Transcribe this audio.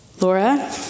Laura